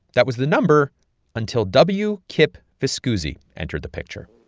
that was the number until w. kip viscusi entered the picture